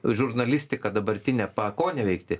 žurnalistiką dabartinę pakoneveikti